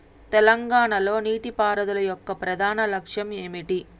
తెలంగాణ లో నీటిపారుదల యొక్క ప్రధాన లక్ష్యం ఏమిటి?